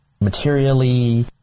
materially